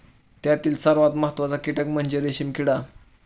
त्यातील सर्वात महत्त्वाचा कीटक म्हणजे रेशीम किडा